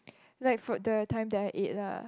like for the time that I eat lah